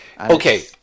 okay